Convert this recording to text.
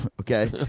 okay